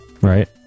right